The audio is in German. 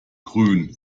grün